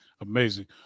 Amazing